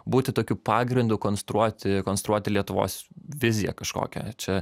būti tokiu pagrindu konstruoti konstruoti lietuvos viziją kažkokią čia